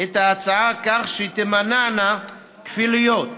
את ההצעה כך שתימנענה כפילויות.